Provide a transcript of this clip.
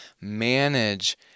manage